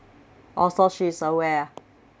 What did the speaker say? oh so she's aware ah